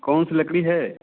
कौन सी लकड़ी है